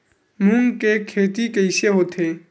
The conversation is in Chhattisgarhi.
मूंग के खेती कइसे होथे?